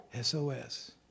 SOS